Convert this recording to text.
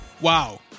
Wow